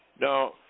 Now